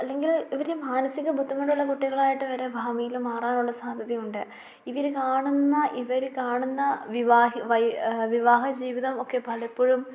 അല്ലെങ്കിൽ ഇവർ മാനസിക ബുദ്ധിമുട്ടുള്ള കുട്ടികളായിട്ടുവരെ ഭാവിയിൽ മാറാനുള്ള സാധ്യതയുണ്ട് ഇവർ കാണുന്ന ഇവർ കാണുന്ന വിവാഹജീവിതം ഒക്കെ പലപ്പോഴും